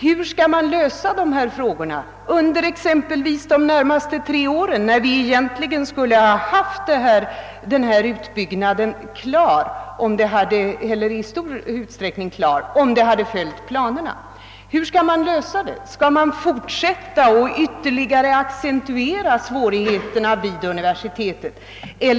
hur skall man lösa frågorna under exempelvis de närmaste tre åren? Egentligen skulle vi ju nu ha haft utbyggnaden klar i stor utsträckning, om planerna hade följts. Skall svårigheterna vid universiteten ytterligare accentueras?